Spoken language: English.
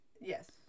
Yes